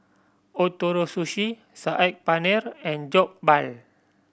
Ootoro Sushi Saag Paneer and Jokbal